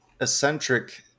eccentric